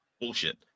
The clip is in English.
bullshit